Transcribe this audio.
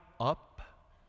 up